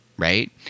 right